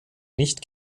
nicht